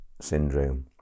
syndrome